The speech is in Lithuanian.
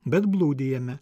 bet blūdijame